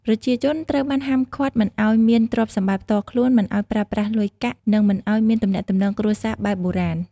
ប្រជាជនត្រូវបានហាមឃាត់មិនឲ្យមានទ្រព្យសម្បត្តិផ្ទាល់ខ្លួន មិនឲ្យប្រើប្រាស់លុយកាក់ និងមិនឲ្យមានទំនាក់ទំនងគ្រួសារបែបបុរាណ។